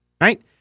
right